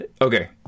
okay